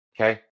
okay